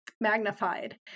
magnified